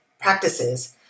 practices